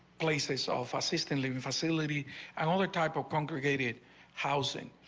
place off assisted living facility and all that type of congregated housing.